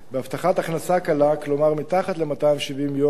בהבטחת הכנסה קלה, כלומר מתחת ל-270 יום,